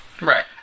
Right